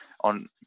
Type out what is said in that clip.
on